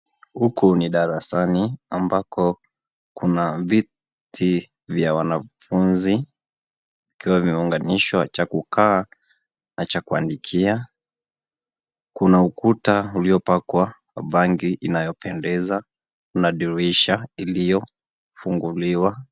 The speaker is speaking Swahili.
Huku ni darasani ambako kuna viti vya wanafunzi ikiwa imeunganishwa cha kukaa nacha kuandikia, kuna ukuta iliyopakwa rangi inayoendeza na dirisha iliyofunguliwa.